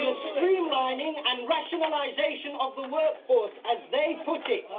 streamlining and rationalization of the workforce, as they put yeah it.